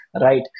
Right